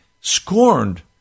scorned